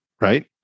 right